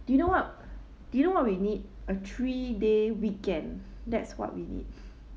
do you know what do you know what we need a three day weekend that's what we need